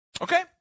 Okay